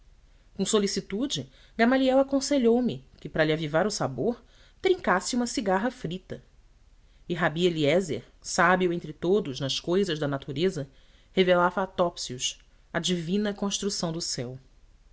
com solicitude gamaliel aconselhou-me que para lhe avivar o sabor trincasse uma cigarra frita e rabi eliézer sábio entre todos nas cousas da natureza revelava a topsius a divina construção do céu